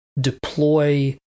deploy